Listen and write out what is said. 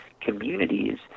communities